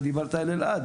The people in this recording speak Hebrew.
אתה דיברת על אילת,